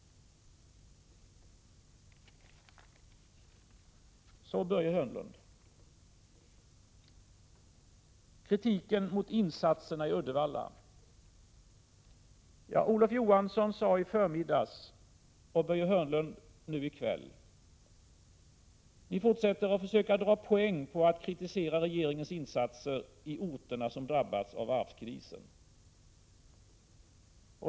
Så till Börje Hörnlund beträffande kritiken mot insatserna i Uddevalla: Olof Johansson försökte i förmiddags och Börje Hörnlund i kväll vinna en poäng genom att kritisera regeringens insatser på de orter som har drabbats av varvskrisen.